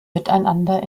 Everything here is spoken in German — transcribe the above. miteinander